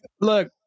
Look